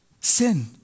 Sin